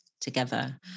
together